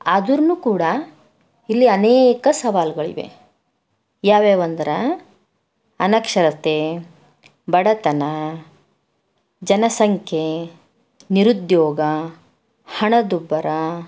ಆದ್ರೂನು ಕೂಡ ಇಲ್ಲಿ ಅನೇಕ ಸವಾಲುಗಳಿವೆ ಯಾವ್ಯಾವು ಅಂದರೆ ಅನಕ್ಷರತೆ ಬಡತನ ಜನಸಂಖ್ಯೆ ನಿರುದ್ಯೋಗ ಹಣದುಬ್ಬರ